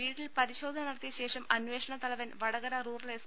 വീട്ടിൽ പരിശോധന നട ത്തിയ ശേഷം അന്വേഷണ തലവൻ വടകര റൂറൽ എസ്